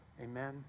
Amen